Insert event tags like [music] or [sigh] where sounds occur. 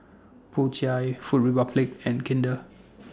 Po Chai Food Republic and Kinder [noise]